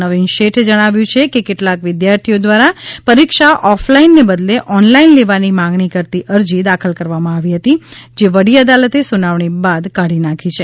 નવીન શેઠે જણાવ્યું છે કે કેટલાક વિદ્યાર્થીઓ દ્વારા પરીક્ષા ઓફલાઈનને બદલે ઓનલાઇન લેવાની માંગણી કરતી અરજી દાખલ કરવામાં આવી હતી જે વડી અદાલતે સુનાવણી બાદ કાઢી નાખી છે